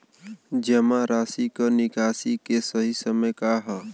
जमा राशि क निकासी के सही समय का ह?